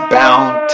bound